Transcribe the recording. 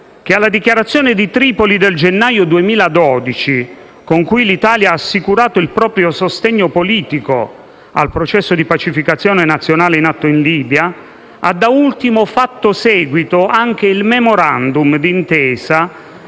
che alla Dichiarazione di Tripoli del gennaio 2012, con cui l'Italia ha assicurato il proprio sostegno politico al processo di pacificazione nazionale in atto in Libia, ha da ultimo fatto seguito anche il Memorandum d'intesa